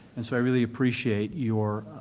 and so i really appreciate your,